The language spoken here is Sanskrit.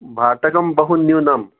भाटकं बहु न्यूनम्